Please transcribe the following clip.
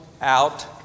out